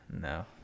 No